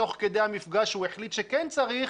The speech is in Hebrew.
ותוך כדי המפגש הוא החליט שכן צריך,